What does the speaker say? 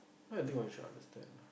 I think you should understand ah